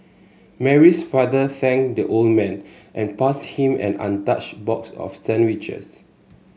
Mary's father thanked the old man and passed him an untouched box of sandwiches